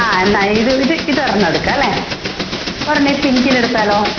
ആ എന്നാൽ ഇത് ഇത് ഇതൊരെണ്ണം എടുക്കാമല്ലേ ഒരെണ്ണം ഈ പിങ്കിലെടുത്താലോ